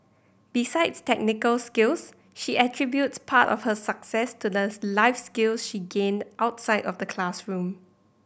besides technical skills she attributes part of her success to the life skills she gained outside of the classroom